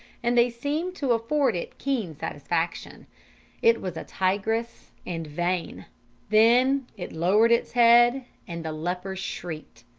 and they seemed to afford it keen satisfaction it was a tigress and vain then it lowered its head, and the leper shrieked.